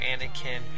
Anakin